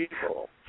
people